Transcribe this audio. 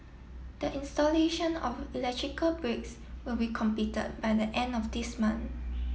the installation of electrical breaks will be completed by the end of this month